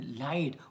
light